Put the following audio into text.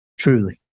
Truly